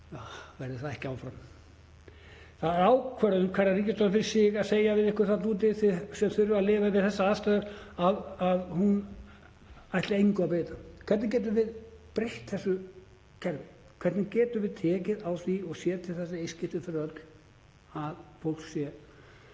verði það ekki áfram. Það er ákvörðun hverrar ríkisstjórnar fyrir sig að segja við ykkur þarna úti, sem þurfið að lifa við þessar aðstæður, að hún ætli engu að breyta. Hvernig getum við breytt þessu kerfi? Hvernig getum við tekið á því og séð til þess í eitt skipti fyrir öll að fólk sé